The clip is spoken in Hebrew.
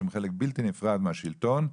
שהן חלק בלתי נפרד מהשלטון,